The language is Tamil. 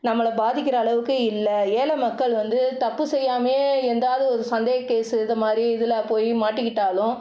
நம்மளை பாதிக்கிற அளவுக்கு இல்லை ஏழை மக்கள் வந்து தப்பு செய்யாமயே எதாது ஒரு சந்தேக கேஸு இதை மாதிரி இதில் போய் மாட்டிக்கிட்டாலும்